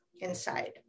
inside